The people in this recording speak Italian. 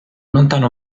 lontano